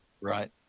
Right